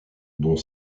dont